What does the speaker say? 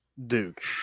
Duke